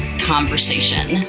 conversation